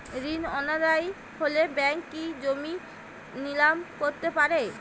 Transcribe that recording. ঋণ অনাদায়ি হলে ব্যাঙ্ক কি জমি নিলাম করতে পারে?